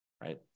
right